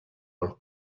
all